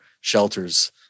shelters